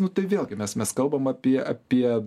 nu tai vėlgi mes mes kalbam apie apie